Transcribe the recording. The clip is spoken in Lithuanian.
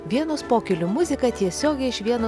vienos pokylio muzika tiesiogiai iš vienos